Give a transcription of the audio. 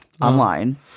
online